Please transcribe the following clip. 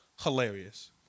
hilarious